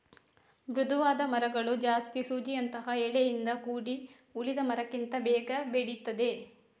ಮೃದುವಾದ ಮರಗಳು ಜಾಸ್ತಿ ಸೂಜಿಯಂತಹ ಎಲೆಯಿಂದ ಕೂಡಿ ಉಳಿದ ಮರಕ್ಕಿಂತ ಬೇಗ ಬೆಳೀತದೆ